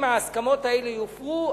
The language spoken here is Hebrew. אם ההסכמות האלה יופרו,